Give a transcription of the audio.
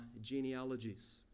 genealogies